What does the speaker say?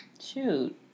Shoot